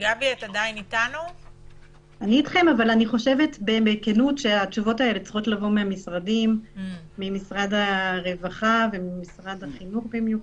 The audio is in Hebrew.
אני חושבת שהכנות האלה צריכות לבוא ממשרד הרווחה וממשרד החינוך.